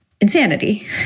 insanity